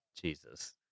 Jesus